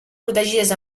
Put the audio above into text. protegides